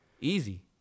Easy